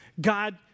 God